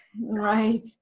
right